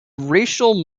racial